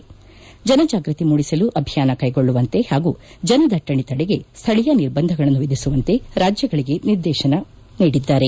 ಅಲ್ಲದೆ ಜನಜಾಗ್ವತಿ ಮೂಡಿಸಲು ಅಭಿಯಾನ ಕೈಗೊಳ್ಳುವಂತೆ ಹಾಗೂ ಜನದಟ್ರಣೆ ತಡೆಗೆ ಸ್ಥಳೀಯ ನಿರ್ಬಂಧಗಳನ್ನು ವಿಧಿಸುವಂತೆ ರಾಜ್ಯಗಳಿಗೆ ನಿರ್ದೇಶನ ನೀಡಿದ್ದಾರೆ